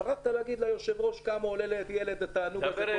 שכחת להגיד ליושב-ראש כמה עולה לילד התענוג הזה.